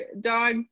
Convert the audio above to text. dog